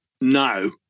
no